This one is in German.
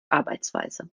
arbeitsweise